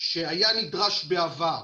שהיה נדרש בעבר